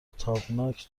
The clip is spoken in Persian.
تابناک